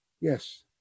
Yes